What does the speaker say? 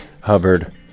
Hubbard